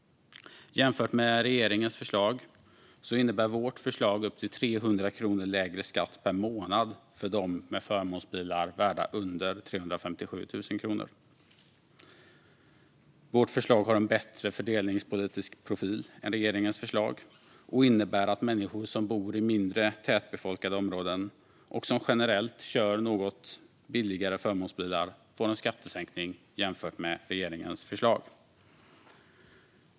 Jämfört med regeringens förslag innebär vårt förslag upp till 300 kronor lägre skatt per månad för dem med förmånsbilar värda under 357 000 kronor. Vårt förslag har en bättre fördelningspolitisk profil än regeringens förslag och innebär att människor som bor i mindre tätbefolkade områden, och som generellt kör något billigare förmånsbilar, får en skattesänkning jämfört med regeringens förslag.